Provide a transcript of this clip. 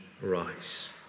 rise